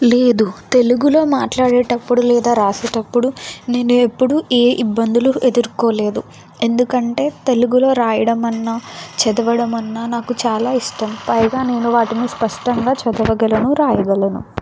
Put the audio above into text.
లేదు తెలుగులో మాట్లాడేటప్పుడు లేదా వ్రాసేటప్పుడు నేను ఎప్పుడూ ఏ ఇబ్బందులు ఎదుర్కోలేదు ఎందుకంటే తెలుగులో వ్రాయడం అన్నా చదవడం అన్నా నాకు చాలా ఇష్టం పైగా నేను వాటిని స్పష్టంగా చదవగలను వ్రాయగలను